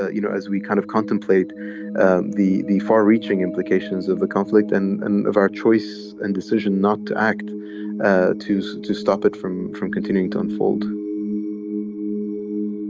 ah you know, as we kind of contemplate the the far reaching implications of the conflict and and of our choice and decision not to act ah to so to stop it from from continuing to unfold